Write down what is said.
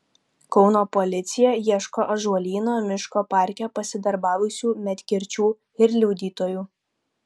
kauno policija ieško ąžuolyno miško parke pasidarbavusių medkirčių ir liudytojų